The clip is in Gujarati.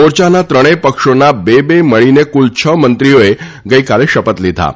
મોરચાના ત્રણેય પક્ષોના બે બે મળીને કુલ છ મંત્રીઓએ શપથ લીધા હતા